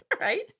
right